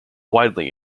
widely